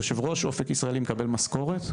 יושב ראש אופק ישראלי מקבל משכורת?